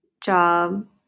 job